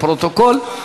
לפרוטוקול.